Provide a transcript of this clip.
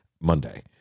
Monday